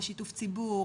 ושיתוף ציבור,